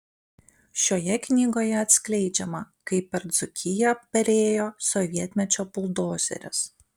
šioje knygoje atskleidžiama kaip per dzūkiją perėjo sovietmečio buldozeris